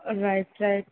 right right